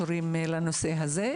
החינוך,